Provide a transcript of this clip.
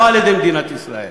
לא על-ידי מדינת ישראל.